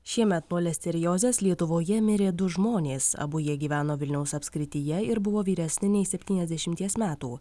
šiemet nuo listeriozės lietuvoje mirė du žmonės abu jie gyveno vilniaus apskrityje ir buvo vyresni nei septyniasdešimties metų